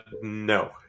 no